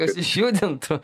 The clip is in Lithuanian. kas išjudintų